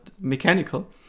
mechanical